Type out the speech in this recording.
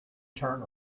turn